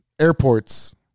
Airports